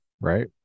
Right